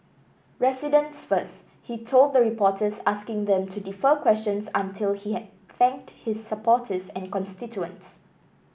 residents first he told the reporters asking them to defer questions until after he had thanked his supporters and constituents